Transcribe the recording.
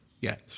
Yes